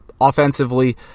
offensively